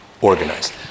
organized